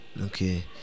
okay